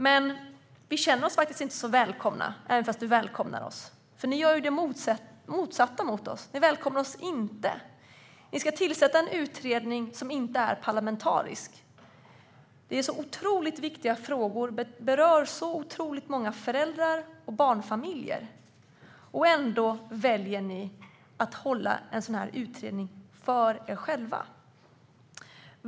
Men vi känner oss faktiskt inte så välkomna, trots att du välkomnar oss. Ni gör ju det motsatta - ni välkomnar oss inte. Ni ska tillsätta en utredning som inte är parlamentarisk. Detta är mycket viktiga frågor som berör många föräldrar och barnfamiljer, men ändå väljer ni att hålla utredningen för er själva.